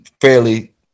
fairly